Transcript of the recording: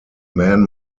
man